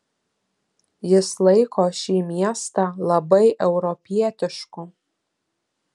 jis laiko šį miestą labai europietišku